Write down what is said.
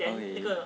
okay